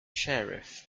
sheriff